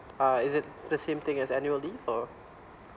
uh is it the same thing as annual leave or